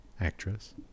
actress